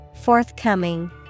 Forthcoming